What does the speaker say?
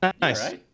nice